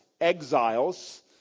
exiles